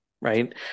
Right